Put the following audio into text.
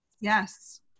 Yes